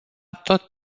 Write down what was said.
tot